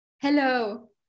hello